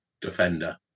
defender